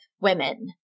women